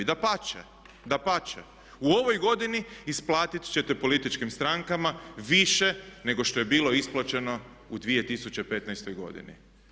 Dapače, u ovoj godini isplatit ćete političkim strankama više nego što je bilo isplaćeno u 2015. godini.